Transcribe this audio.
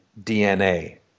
DNA